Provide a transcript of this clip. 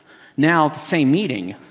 now at the same meeting,